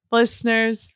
listeners